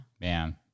Man